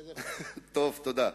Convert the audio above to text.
טוב, תודה.